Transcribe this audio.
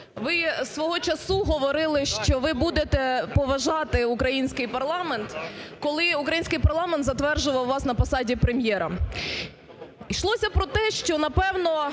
ви свого часу говорили, що ви будете поважати український парламент, коли український парламент затверджував вас на посаді Прем'єра. Йшлося про те, що, напевно,